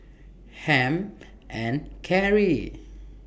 Hamp and Carrie